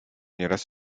nieraz